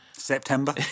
September